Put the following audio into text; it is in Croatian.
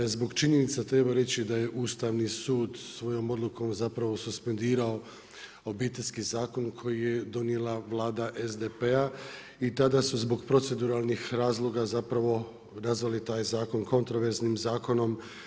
Zbog činjenica treba reći da je Ustavni sud svojom odukom suspendirao obiteljski zakon koji je donijela Vlada SDP-a i tada su zbog proceduralnih razloga zapravo nazvali taj zakon kontraverznim zakonom.